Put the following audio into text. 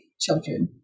children